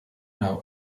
now